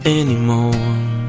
anymore